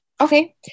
Okay